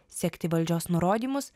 sekti valdžios nurodymus